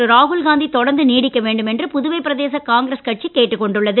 அகில ராகுல்காந்தி தொடர்ந்து நீடிக்க வேண்டும் என்று புதுவை பிரதேச காங்கிரஸ் கட்சி கேட்டுக் கொண்டுள்ளது